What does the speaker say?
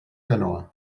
canoa